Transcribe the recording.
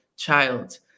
child